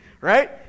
right